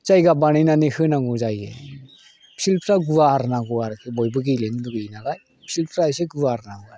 जायगा बानायनानै होनांगौ जायो फिल्डफ्रा गुवार नांगौ आरो बयबो गेलेनो लुबैयो नालाय फिल्डफ्रा एसे गुवार नांगौ आरो